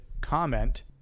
comment